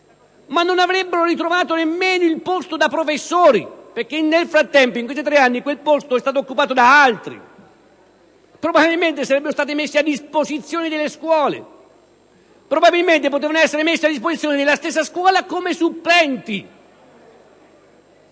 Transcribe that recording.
ma non avrebbero ritrovato nemmeno il posto da professori, perché nel frattempo, in questi tre anni, il loro posto è stato occupato da altri. Probabilmente, sarebbero stati messi a disposizione delle scuole o della stessa scuola come supplenti.